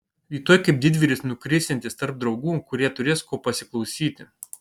rytoj kaip didvyris nukrisiantis tarp draugų kurie turės ko pasiklausyti